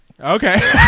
Okay